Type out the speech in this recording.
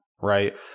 right